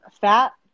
fat